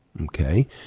Okay